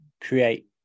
create